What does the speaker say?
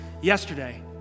yesterday